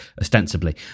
ostensibly